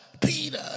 Peter